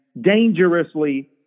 dangerously